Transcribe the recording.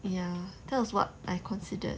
ya that was what I considered